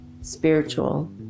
spiritual